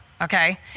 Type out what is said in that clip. okay